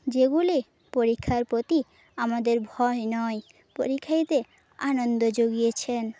যেগুলি পরীক্ষার প্রতি আমাদের ভয় নয় পরীক্ষা দিতে আনন্দ জুগিয়েছেন